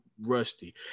rusty